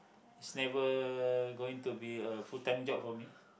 is never going to be a full time job for me